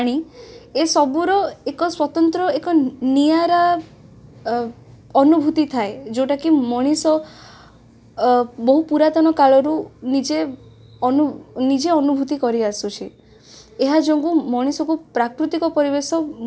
ଶ୍ରୀରାମ ଜନ୍ମଗ୍ରହଣ କରିବାର ଉଦ୍ଦେଶ୍ୟ କ'ଣ ଶ୍ରୀରାମଚନ୍ଦ୍ର କାହା ଘରେ ଜନ୍ମିତ ହେଲେ ଶ୍ରୀରାମଚନ୍ଦ୍ରଙ୍କର କେତୋଟି ଭାଇ ତାଙ୍କ ପିତା ଶ୍ରୀରାମଚନ୍ଦ୍ର କେଉଁଠି